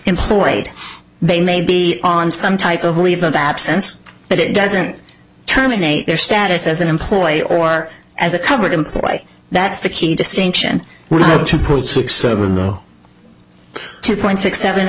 employed they may be on some type of leave of absence but it doesn't terminate their status as an employee or as a cover employ that's the key distinction with the two point six seven two point six seven